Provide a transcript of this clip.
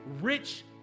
Rich